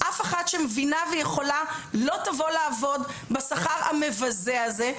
אף אחת שמבינה ויכולה לא תבוא לעבוד בשכר המבזה הזה,